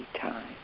time